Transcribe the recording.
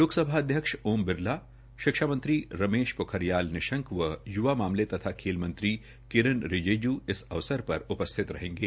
लोकसभा अध्यक्ष ओम बिरला शिक्षा मंत्री रमेश पोखरियाल निशंक व य्वा मामले तथा खेल मंत्री किरेन रिजेजू इस अवसर पर उपस्थित रहेंगे